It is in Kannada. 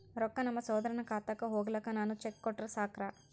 ರೊಕ್ಕ ನಮ್ಮಸಹೋದರನ ಖಾತಕ್ಕ ಹೋಗ್ಲಾಕ್ಕ ನಾನು ಚೆಕ್ ಕೊಟ್ರ ಸಾಕ್ರ?